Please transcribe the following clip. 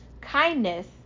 Kindness